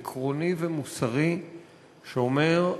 עקרוני ומוסרי שאומר: